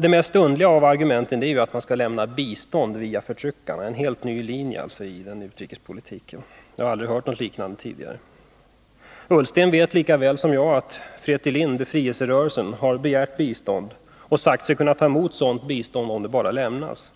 Det underligaste av argumenten är att man skall lämna bistånd via förtryckarna. Det är alltså en helt ny linje i utrikespolitiken — jag har aldrig hört något liknande tidigare. Ola Ullsten vet lika väl som jag att FRETILIN, befrielserörelsen, har begärt bistånd och sagt sig kunna ta emot sådant bistånd, om det bara lämnas.